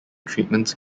treatments